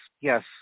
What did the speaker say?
yes